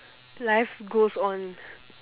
life goes on